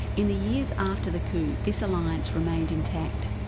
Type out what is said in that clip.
in the years after the coup, this alliance remained intact,